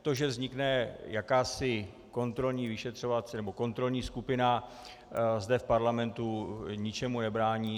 To, že vznikne jakási kontrolní vyšetřovací nebo kontrolní skupina zde v parlamentu, ničemu nebrání.